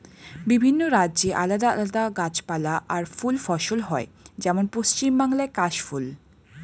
বিভিন্ন রাজ্যে আলাদা আলাদা গাছপালা আর ফুল ফসল হয়, যেমন পশ্চিম বাংলায় কাশ ফুল